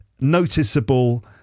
noticeable